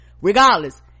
regardless